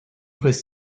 was